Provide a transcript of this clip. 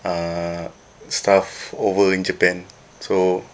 err stuff over in japan so